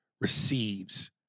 Receives